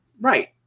right